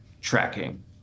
tracking